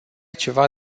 ceva